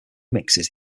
mixes